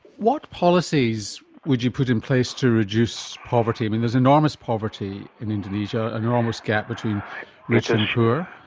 what policies would you put in place to reduce poverty? i mean there's enormous poverty in indonesian, an enormous gap between rich and poor.